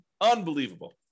Unbelievable